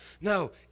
No